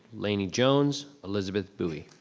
laney jones, elizabeth bouey.